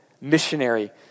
missionary